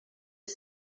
est